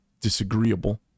disagreeable